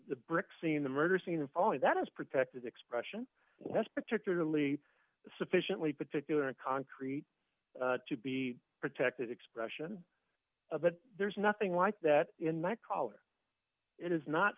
the brick seen the murder scene following that is protected expression that's particularly sufficiently particular and concrete to be protected expression but there's nothing like that in my collar it is not